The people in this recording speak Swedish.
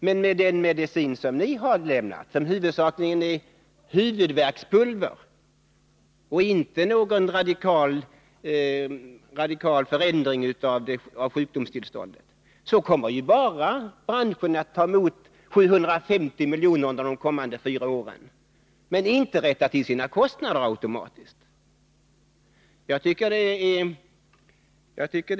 Men med den medicin som ni har ordinerat, som huvudsakligen är huvudvärkspulver och inte leder till någon radikal förändring av sjukdomstillståndet, så kommer ju branschen att ta emot 750 miljoner under de kommande fyra åren men inte automatiskt rätta till sin kostnadssituation.